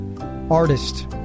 Artist